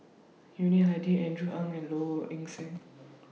Yuni Hadi Andrew Ang and Low Ing Sing